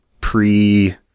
pre